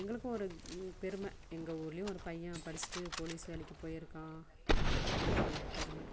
எங்களுக்கும் ஒரு பெருமை எங்கள் ஊர்லையும் ஒரு பையன் படிச்சிவிட்டு போலீஸ் வேலைக்கு போயிருக்கான் அப்படின்ற பெருமை